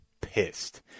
pissed